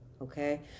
Okay